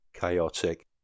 chaotic